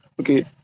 Okay